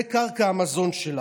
זה קרקע המזון שלה.